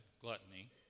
Gluttony